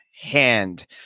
hand